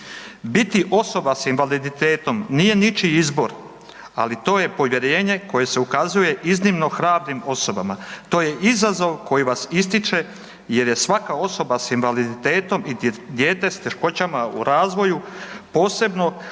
Biti osoba s invaliditetom nije ničiji izbor, ali to je povjerenje koje se ukazuje iznimno hrabrim osobama. To je izazov koji vas ističe jer je svaka osoba s invaliditetom i dijete s teškoćama u razvoju posebno kao